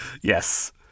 yes